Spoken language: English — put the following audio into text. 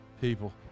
people